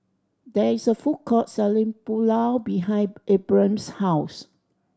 there is a food court selling Pulao behind Abram's house